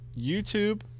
YouTube